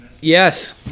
Yes